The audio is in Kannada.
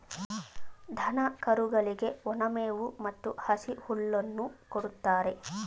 ದನ ಕರುಗಳಿಗೆ ಒಣ ಮೇವು ಮತ್ತು ಹಸಿ ಹುಲ್ಲನ್ನು ಕೊಡುತ್ತಾರೆ